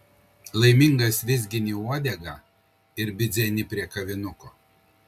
laimingas vizgini uodegą ir bidzeni prie kavinuko